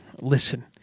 Listen